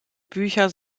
bücher